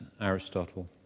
Aristotle